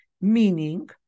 Meaning